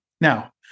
Now